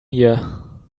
hier